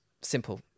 Simple